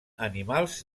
animals